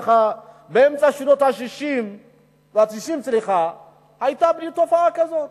באמצע שנות ה-90 היתה מין תופעה הזאת,